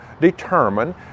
determine